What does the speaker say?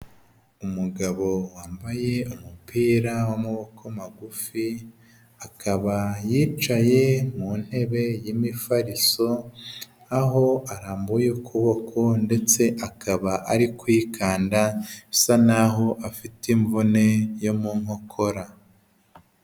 Umugabo wambaye umupira w'amaboko magufi akaba yicaye mu ntebe y'imifariso, aho arambuye ukuboko ndetse akaba ari kwikanda bisa n'aho afite imvune yo mu nkokora.